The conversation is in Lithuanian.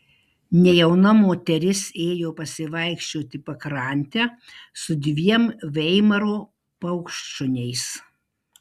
nejauna moteris ėjo pasivaikščioti pakrante su dviem veimaro paukštšuniais